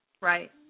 Right